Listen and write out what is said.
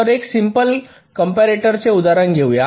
तर एक simple comparator चे उदाहरण घेऊया